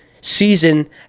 season